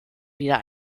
wieder